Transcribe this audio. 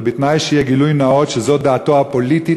אבל בתנאי שיהיה גילוי נאות שזו דעתו הפוליטית,